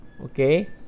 okay